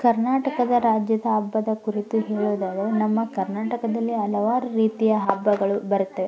ಕರ್ನಾಟಕದ ರಾಜ್ಯದ ಹಬ್ಬದ ಕುರಿತು ಹೇಳುವುದಾದರೆ ನಮ್ಮ ಕರ್ನಾಟಕದಲ್ಲಿ ಹಲವಾರು ರೀತಿಯ ಹಬ್ಬಗಳು ಬರುತ್ತೆ